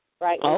right